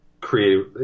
creative